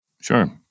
Sure